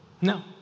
no